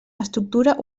estructura